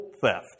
theft